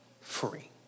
free